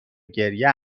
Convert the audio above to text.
گریه